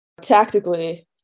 tactically